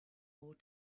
more